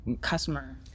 customer